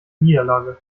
niederlage